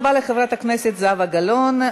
תודה רבה לחברת הכנסת זהבה גלאון.